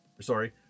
sorry